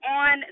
on